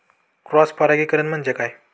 Cross परागीकरण म्हणजे काय?